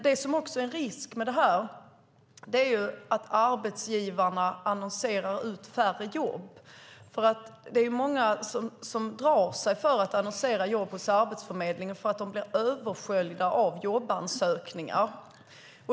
Det som är en risk med detta är att arbetsgivarna annonserar ut färre jobb. Många drar sig för att annonsera jobb hos Arbetsförmedlingen därför att de blir översköljda av jobbansökningar.